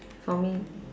for me